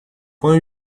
point